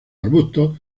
arbustos